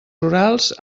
rurals